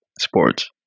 sports